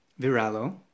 viralo